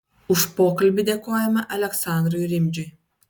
už pokalbį dėkojame aleksandrui rimdžiui